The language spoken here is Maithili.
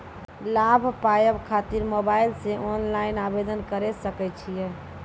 लाभ पाबय खातिर मोबाइल से ऑनलाइन आवेदन करें सकय छियै?